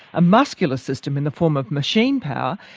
a muscular system in the form of machine power.